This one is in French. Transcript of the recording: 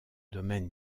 domaine